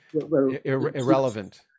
irrelevant